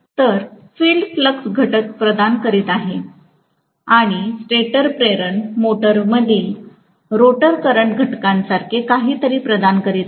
तर field flux घटक प्रदान करीत आहे आणि स्टेटर प्रेरण मोटरमधील रोटर करंट घटकांसारखे काहीतरी प्रदान करीत आहे